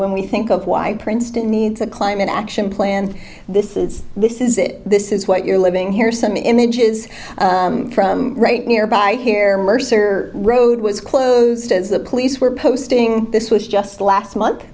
when we think of why princeton needs a climate action plan this is this is it this is what you're living here some images from right nearby here mercer road was closed as the police were posting this was just last month